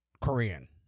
Korean